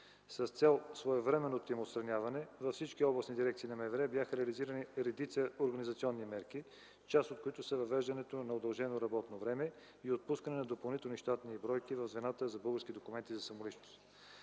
С цел своевременното им отстраняване във всички областни дирекции на МВР бяха реализирани редица организационни мерки, част от които са въвеждането на удължено работно време и отпускането на допълнителни щатни бройки в звената за българските документи за самоличност.